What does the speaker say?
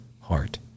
heart